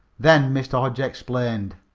then mr. hodge explained,